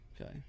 Okay